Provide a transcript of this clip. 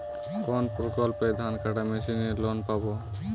কোন প্রকল্পে ধানকাটা মেশিনের লোন পাব?